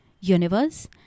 Universe